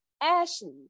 Ashley